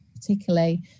particularly